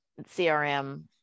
CRM